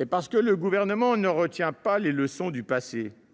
Nous considérons également que le Gouvernement ne retient pas les leçons du passé,